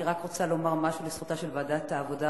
אני רק רוצה לומר משהו לזכותה של ועדת העבודה,